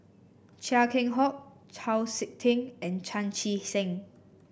Chia Keng Hock Chau SiK Ting and Chan Chee Seng